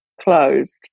closed